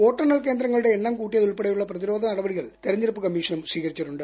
വോട്ടെണ്ണൽ കേന്ദ്രങ്ങളുടെ എണ്ണം കൂട്ടിയതുൾപ്പെടെയുള്ള പ്രതിരോധ നടപടികൾ തിരഞ്ഞെടുപ്പ് കമ്മീഷനും സ്വീകരിച്ചിട്ടുണ്ട്